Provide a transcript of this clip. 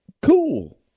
Cool